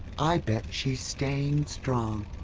i bet she's staying strong.